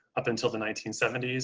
up until the nineteen seventy s.